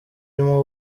irimo